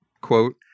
quote